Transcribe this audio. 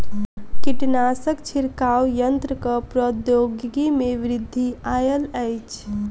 कीटनाशक छिड़काव यन्त्रक प्रौद्योगिकी में वृद्धि आयल अछि